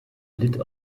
litt